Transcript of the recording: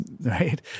right